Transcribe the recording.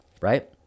right